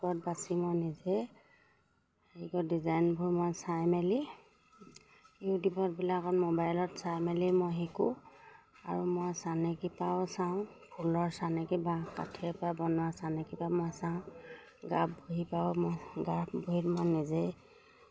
কাপোৰত বাচি মই নিজে হেৰি কৰোঁ ডিজাইনবোৰ মই চাই মেলি ইউটিউবতবিলাকত মোবাইলত চাই মেলি মই শিকোঁ আৰু মই চানেকিৰপৰাও চাওঁ ফুলৰ চানেকি বা কাঠিৰপৰা বনোৱা চানেকিৰপৰা মই চাওঁ গা বহীৰপৰাও মই গাৰ বহী মই নিজেই